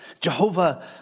Jehovah